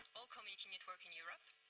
all community networks in europe.